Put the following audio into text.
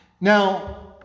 Now